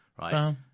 right